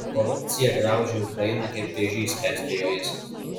korupcija graužia ukrainą kaip vėžys perspėjo jis